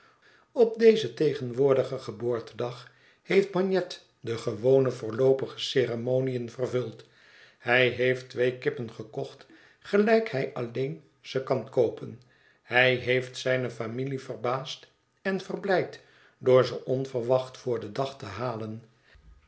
op dezen tegenwoordigen geboortedag heeft bagnet de gewone voorloopige ceremoniën vervuld hij heeft twee kippen gekocht gelijk hij alleen ze kan koopen hij heeft zijne familie verbaasd en verblijd door ze onverwacht voor dén dag te halen